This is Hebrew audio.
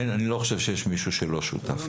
אני לא חושב שיש מישהו שלא שותף.